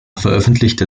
veröffentlichte